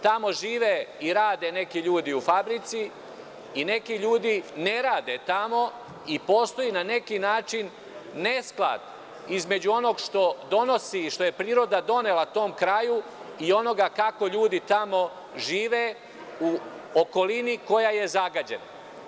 Tamo žive i rade neki ljudi u fabrici i neki ljudi ne rade tamo i postoji na neki način nesklad između onoga što donosi i što je priroda donela tom kraju i onoga kako ljudi tamo žive u okolini koja je zagađena.